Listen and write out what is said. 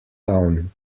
town